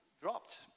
dropped